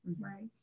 right